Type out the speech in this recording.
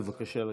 בבקשה לשבת.